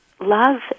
love